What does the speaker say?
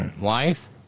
wife